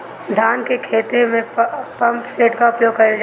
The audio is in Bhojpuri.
धान के ख़हेते में पम्पसेट का उपयोग कइल जाला?